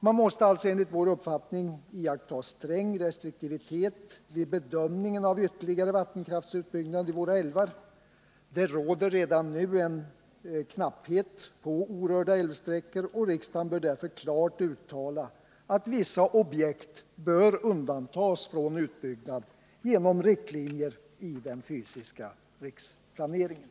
Man måste alltså enligt vår uppfattning iaktta sträng restriktivitet vid bedömningen av ytterligare vattenkraftsutbyggnad i våra älvar. Det råder redan nu en knapphet på orörda älvsträckor. Riksdagen bör därför klart uttala att vissa objekt bör undantas från utbyggnad genom riktlinjer i den fysiska riksplaneringen.